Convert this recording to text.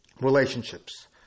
relationships